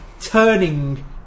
turning